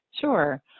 Sure